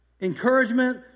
Encouragement